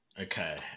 Okay